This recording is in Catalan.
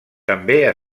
també